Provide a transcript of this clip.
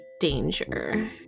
danger